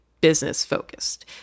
business-focused